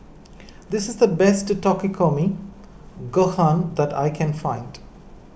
this is the best Takikomi Gohan that I can find